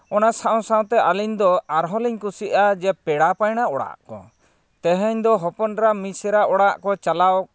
ᱚᱱᱟ ᱥᱟᱶ ᱥᱟᱶᱛᱮ ᱟᱹᱞᱤᱧ ᱫᱚ ᱟᱨ ᱦᱚᱸ ᱞᱤ ᱠᱩᱥᱤᱜᱼᱟ ᱡᱮ ᱯᱮᱲᱟ ᱯᱟᱹᱦᱲᱟᱹ ᱚᱲᱟᱜ ᱠᱚ ᱛᱮᱦᱮᱧ ᱫᱚ ᱦᱚᱯᱚᱱ ᱮᱨᱟ ᱢᱤᱥᱨᱟ ᱚᱲᱟᱜ ᱠᱚ ᱪᱟᱞᱟᱣ